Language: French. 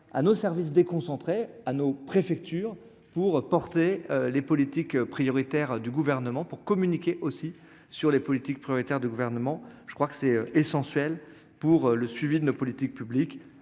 à nos services déconcentrés à nos préfectures pour porter les politiques prioritaires du gouvernement pour communiquer aussi sur les politiques prioritaires du gouvernement, je crois que c'est essentiel pour le suivi de nos politiques publiques